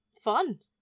Fun